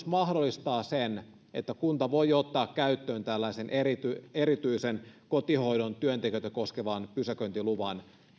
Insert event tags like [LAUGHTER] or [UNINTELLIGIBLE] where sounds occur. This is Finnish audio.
[UNINTELLIGIBLE] mahdollistaa sen että kunta voi ottaa käyttöön tällaisen erityisen erityisen kotihoidon työntekijöitä koskevan pysäköintiluvan